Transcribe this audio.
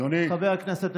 חבר הכנסת סובה.